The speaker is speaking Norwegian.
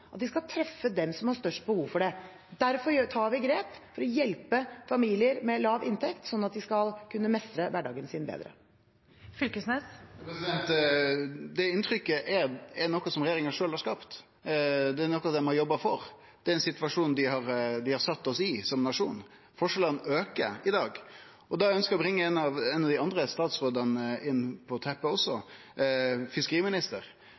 at de skal treffe dem som har størst behov for det. Derfor tar vi grep for å hjelpe familier med lav inntekt, slik at de skal kunne mestre hverdagen sin bedre. Torgeir Knag Fylkesnes – til oppfølgingsspørsmål. Det inntrykket er noko som regjeringa sjølv har skapt. Det er noko dei har jobba for, og det er ein situasjon dei har sett oss i som nasjon. Forskjellane aukar i dag, og eg ønskjer også å bringe ein av dei andre statsrådane inn på